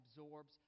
absorbs